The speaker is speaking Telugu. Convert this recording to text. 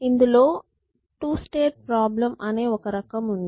ఇందులో టు స్టేట్ ప్రాబ్లెమ్ అనే ఒక రకం ఉంది